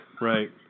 right